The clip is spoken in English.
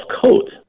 code